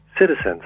citizens